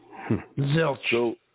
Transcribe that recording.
Zilch